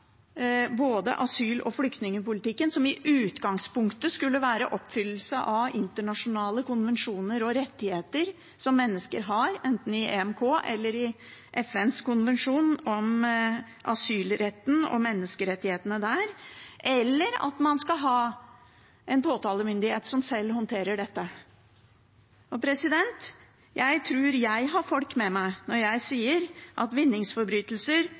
internasjonale konvensjoner og rettigheter som mennesker har, enten i EMK eller i FNs konvensjon om asylretten og menneskerettighetene der, eller at man skal ha en påtalemyndighet som selv håndterer dette. Jeg tror jeg har folk med meg når jeg sier at vinningsforbrytelser,